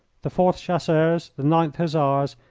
the fourth chasseurs, the ninth hussars,